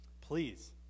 Please